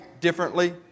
differently